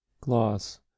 Gloss